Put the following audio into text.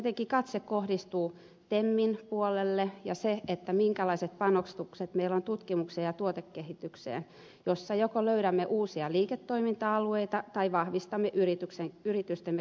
tietenkin katse kohdistuu temmin puolelle ja siihen minkälaiset panostukset meillä on tutkimukseen ja tuotekehitykseen minkä kautta joko löydämme uusia liiketoiminta alueita tai vahvistamme yritystemme kilpailukykyä